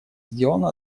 сделано